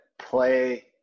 play